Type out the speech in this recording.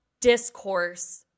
discourse